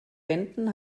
wänden